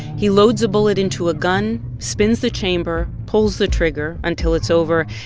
he loads a bullet into a gun, spins the chamber, pulls the trigger until it's over.